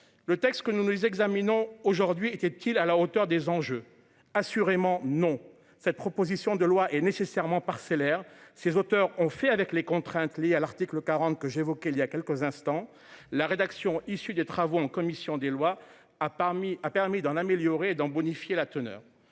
Le texte que nous, nous les examinons aujourd'hui et qui aide-t-il à la hauteur des enjeux. Assurément non. Cette proposition de loi est nécessairement parcellaire. Ses auteurs ont fait avec les contraintes liées à l'article 40 que j'évoquais il y a quelques instants la rédaction issue des travaux en commission des lois à parmi a permis d'en améliorer dans bonifier la teneur.